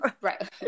Right